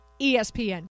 ESPN